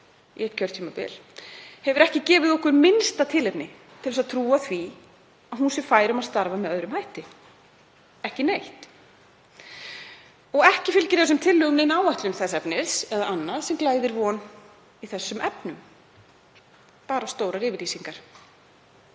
í eitt kjörtímabil, hefur ekki gefið okkur minnsta tilefni til að trúa því að hún sé fær um að starfa með öðrum hætti, ekki neitt. Og ekki fylgir þessum tillögum nein áætlun þess efnis eða annað sem glæðir von í þeim efnum, bara stórar yfirlýsingar.